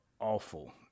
awful